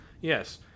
Yes